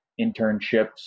internships